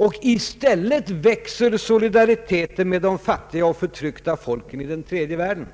——— I stället växer solidariteten med de fattiga och förtryckta folken i den tredje världen.